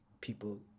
people